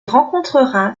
rencontrera